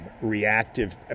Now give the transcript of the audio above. reactive